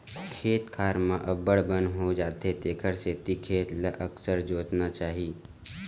खेत खार म अब्बड़ बन हो जाथे तेखर सेती खेत ल अकरस जोतना चाही